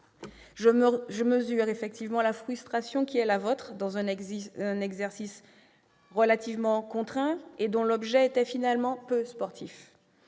je mesure la frustration qui a pu être la vôtre dans un exercice relativement contraint et dont l'objet était finalement peu sportif.